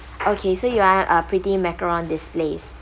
okay so you want uh pretty macarons displays